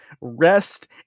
rest